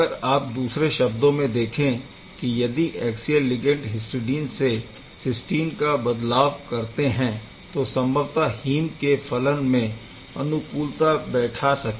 अगर आप दूसरे शब्दों में देखें कि यदि ऐक्सियल लिगैण्ड हिस्टडीन से सिस्टीन का बदलाव करते है तो संभवतः हीम के फलन में अनुकूलता बैठा सके